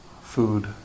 food